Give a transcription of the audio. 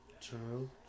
True